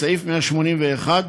סעיף 81(ו)